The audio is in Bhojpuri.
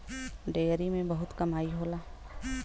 डेयरी में बहुत कमाई होला